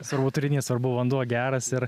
svarbu turinys svarbu vanduo geras ir